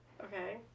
Okay